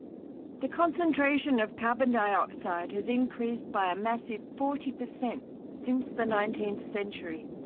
the concentration of carbon dioxide has increased by a massive forty percent since the nineteenth century,